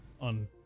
On